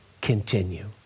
continue